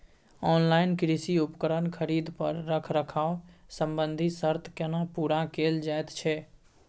Online कृषि उपकरण खरीद पर रखरखाव संबंधी सर्त केना पूरा कैल जायत छै?